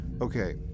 okay